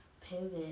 pivot